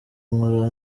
nkora